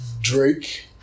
Drake